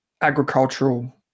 agricultural